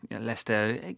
Leicester